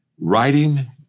Writing